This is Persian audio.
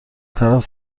طرف